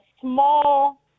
small